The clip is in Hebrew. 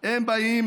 באים